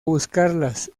buscarlas